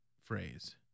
phrase